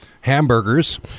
hamburgers